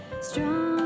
Strong